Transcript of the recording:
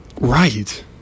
Right